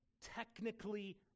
technically